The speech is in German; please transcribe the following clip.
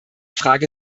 frage